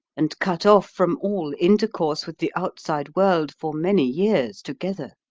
and cut off from all intercourse with the outside world for many years together.